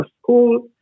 school